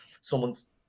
someone's